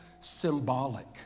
symbolic